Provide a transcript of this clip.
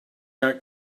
aren’t